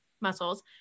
muscles